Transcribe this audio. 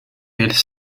elle